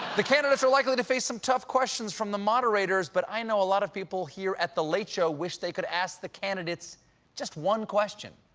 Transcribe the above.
the candidates are likely to face some tough questions from the moderators, but i know a lot of people here at the late show wish they could ask the candidates even just one question.